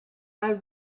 are